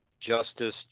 Justice